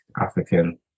African